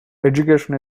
education